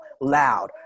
loud